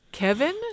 Kevin